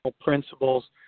principles